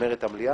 כשמתחילה המליאה.